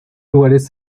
lugares